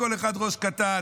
כל אחד ראש קטן,